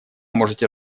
можете